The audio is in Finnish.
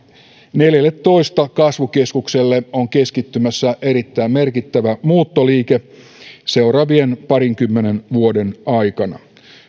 neljälletoista kasvukeskukselle on keskittymässä erittäin merkittävä muuttoliike seuraavien parinkymmenen vuoden aikana